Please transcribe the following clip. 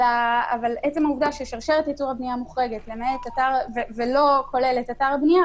אבל עצם העובדה ששרשרת ייצור הבנייה מוחרגת ולא כוללת אתר בנייה,